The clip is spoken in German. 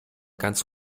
ganz